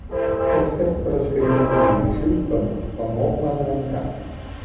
kaskart praskriedama virš hjustono pamok man ranka